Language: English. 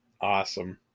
awesome